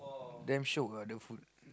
damn shiok ah the food